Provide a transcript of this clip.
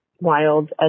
wild